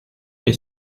est